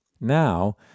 Now